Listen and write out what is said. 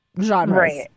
genres